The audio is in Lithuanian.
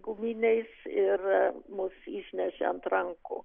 guminiais ir mus išnešė ant rankų